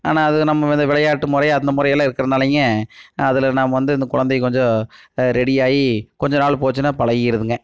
ஆனால் அது நம்ம இது விளையாட்டு முறை அந்த முறை எல்லாம் இருக்கிறதுனாலைங்க அதில் நாம் வந்து இந்த குழைந்தை கொஞ்சம் ரெடியாகி கொஞ்சம் நாள் போச்சுன்னா பழகிருதுங்க